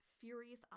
furious